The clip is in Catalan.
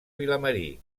vilamarí